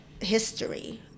history